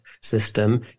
system